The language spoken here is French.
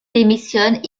démissionne